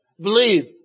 believe